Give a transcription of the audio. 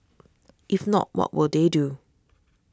if not what will they do